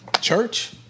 Church